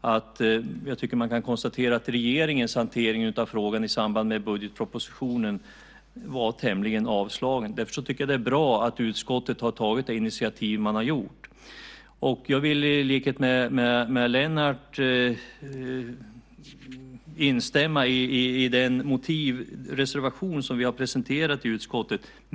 att jag tycker att man kan konstatera att regeringens hantering av frågan i samband med budgetpropositionen var tämligen avslagen. Därför tycker jag att det är bra att utskottet har tagit det initiativ man har gjort. Jag vill i likhet med Lennart instämma i den motivreservation som vi har presenterat i utskottet.